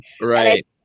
Right